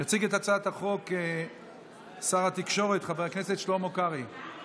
יציג את הצעת החוק שר התקשורת חבר הכנסת שלמה קרעי.